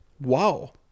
Wow